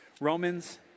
Romans